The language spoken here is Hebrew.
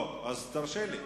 לא, אז תרשה לי.